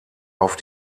auf